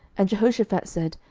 and jehoshaphat said,